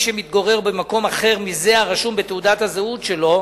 שמתגורר במקום אחר מזה הרשום בתעודת הזהות שלו.